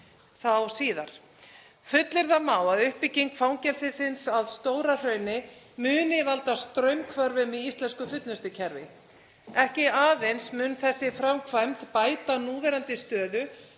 þá síðar. Fullyrða má að uppbygging fangelsisins að Stóra-Hrauni muni valda straumhvörfum í íslenskum fullnustukerfi. Ekki aðeins mun þessi framkvæmd bæta núverandi stöðu